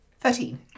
Thirteen